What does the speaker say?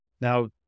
Now